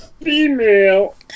Female